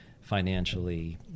financially